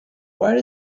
where